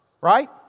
right